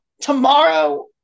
tomorrow